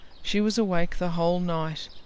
she was awake the whole night,